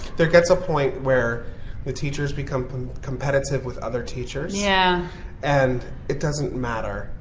there gets a point where the teachers become competitive with other teachers yeah and it doesn't matter,